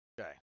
Okay